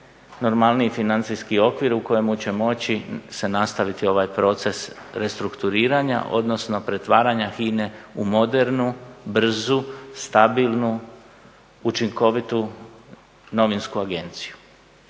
normalniji financijski okvir u kojemu će moći se nastaviti ovaj proces restrukturiranja, odnosno pretvaranja HINA-e u modernu, brzu, stabilnu, učinkovitu novinsku agenciju.